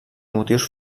motius